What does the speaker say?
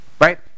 right